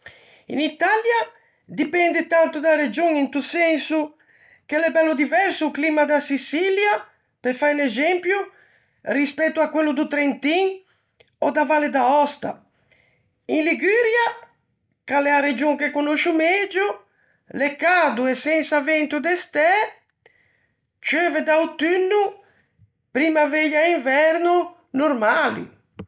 In Italia dipende tanto da-a region, into senso che l'é bello diverso o climma da Siçilia, pe fâ un exempio, rispetto à quello do Trentin ò da Valle d'Aòsta. In Liguria, che a l'é a region che conoscio megio, l'é cado e sensa vento de stæ, ceuve d'autunno, primmaveia e inverno normali.